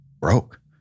broke